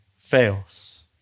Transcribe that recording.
fails